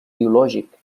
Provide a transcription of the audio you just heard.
biològic